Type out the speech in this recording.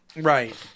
Right